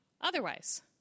otherwise